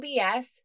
BS